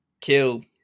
kill